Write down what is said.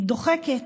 דוחקת.